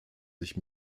sich